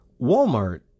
Walmart